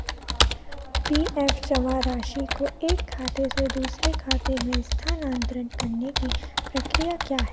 P F जमा राशि को एक खाते से दूसरे खाते में स्थानांतरण करने की प्रक्रिया क्या है